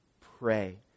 pray